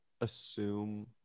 assume